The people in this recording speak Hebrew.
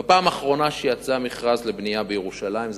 בפעם האחרונה שיצא מכרז לבנייה בירושלים זה